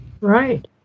Right